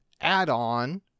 add-on